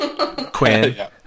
Quinn